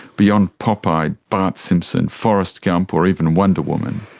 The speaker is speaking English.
beyond popeye, bart simpson, forrest gump or even wonder woman.